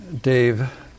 Dave